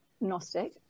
gnostic